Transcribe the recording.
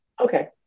okay